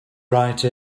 write